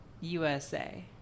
usa